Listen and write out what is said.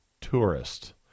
tourist